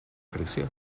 fricció